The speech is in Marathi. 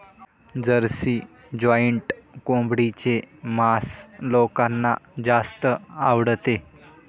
जर्सी जॉइंट कोंबडीचे मांस लोकांना जास्त आवडते